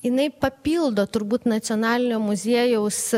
jinai papildo turbūt nacionalinio muziejaus